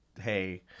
hey